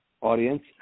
audience